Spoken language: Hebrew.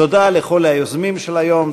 תודה לכל היוזמים של היום,